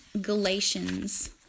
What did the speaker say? Galatians